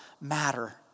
matter